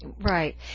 Right